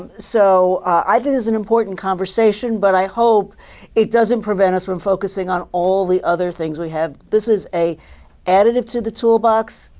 so i think it's an important conversation, but i hope it doesn't prevent us from focusing on all the other things we have. this is a additive to the toolbox.